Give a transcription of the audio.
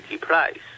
price